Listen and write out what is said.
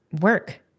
work